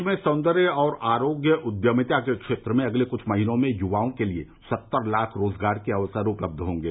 देश में सौंदर्य और आरोग्य उद्यमिता के क्षेत्र में अगले कुछ महीनों में युवाओं के लिए सत्तर लाख रोजगार के अक्सर उपलब्ध होंगे